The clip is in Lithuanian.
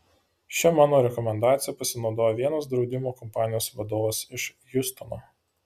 šia mano rekomendacija pasinaudojo vienas draudimo kompanijos vadovas iš hjustono